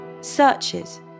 searches